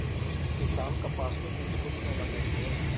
किसान कपास के बीज को बिनौला कहते है